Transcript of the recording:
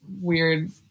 weird